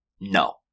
no